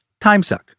timesuck